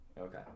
okay